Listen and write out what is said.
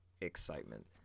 excitement